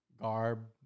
garb